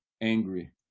angry